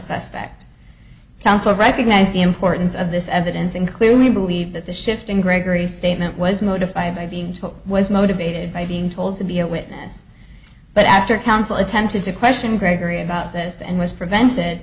suspect counsel recognize the importance of this evidence and clearly believe that the shift in gregory's statement was motivated by being told was motivated by being told to be a witness but after counsel attempted to question gregory about this and was prevented